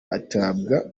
atabwa